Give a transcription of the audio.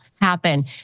happen